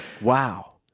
Wow